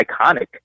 iconic